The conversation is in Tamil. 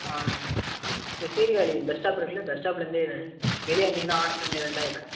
ஆ இங்கே சீர்காழி பஸ் ஸ்டாப் இருக்குல்ல பஸ் ஸ்டாப்லேந்து வெளியே வந்திங்கன்னா ஆர்ச்சிலேந்து ரெண்டாவது கடை